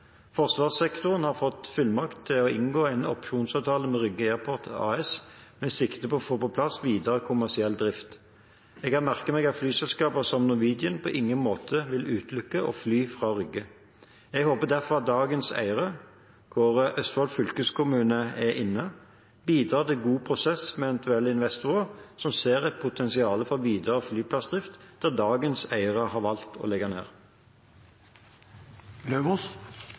Forsvarssektoren har fått fullmakt til å inngå en opsjonsavtale med Rygge Airport AS, med sikte på å få på plass videre kommersiell drift. Jeg har merket meg at flyselskaper som Norwegian på ingen måte vil utelukke å fly fra Rygge. Jeg håper derfor at dagens eiere, hvor Østfold fylkeskommune er inne, bidrar til god prosess med eventuelle investorer som ser et potensial for videre flyplassdrift der dagens eiere har valgt å legge ned.